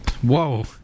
Whoa